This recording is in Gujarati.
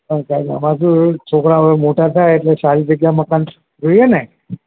પણ સાહેબ આમાં કેવું છે છોકરાં હવે મોટાં થયાં એટલે સારી જગ્યાએ મકાન જોઈએ ને